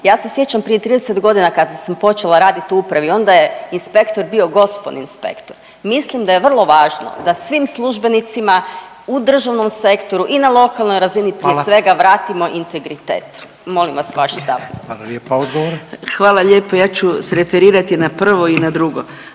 Ja se sjećam prije 30.g. kada sam počela radit u upravi onda je inspektor bio gospon inspektor. Mislim da je vrlo važno da svim službenicima u državnom sektoru i na lokalnoj razini prije svega vratimo integritet, molim vas vaš stav. **Radin, Furio (Nezavisni)** Hvala lijepa. Odgovor. **Mrak-Taritaš,